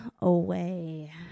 away